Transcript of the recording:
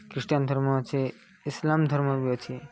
Christian ଧର୍ମ ଅଛି ଇସ୍ଲାମ୍ ଧର୍ମ ବି ଅଛି